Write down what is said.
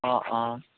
অঁ অঁ